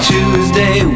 Tuesday